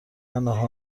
آنها